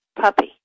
puppy